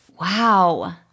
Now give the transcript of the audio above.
Wow